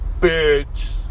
bitch